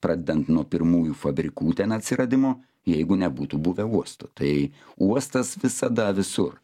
pradedant nuo pirmųjų fabrikų ten atsiradimo jeigu nebūtų buvę uosto tai uostas visada visur